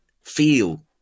feel